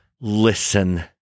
listen